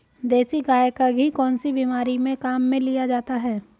देसी गाय का घी कौनसी बीमारी में काम में लिया जाता है?